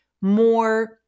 more